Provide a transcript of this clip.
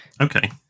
Okay